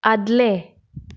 आदलें